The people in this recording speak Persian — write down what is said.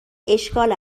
اشکال